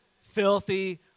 Filthy